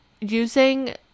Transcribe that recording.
using